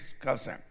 cousin